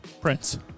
Prince